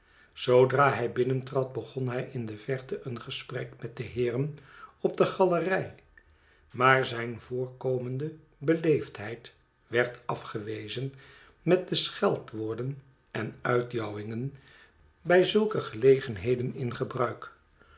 zoodra hij binnentrad begon hij in de verte een gesprek met de heeren op de galerij maar zijne voorkomendebeleefdheidwerd afgewezen met de scheldwoorden enuitjouwingen bij zulke gelegenheden in gebruik